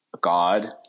god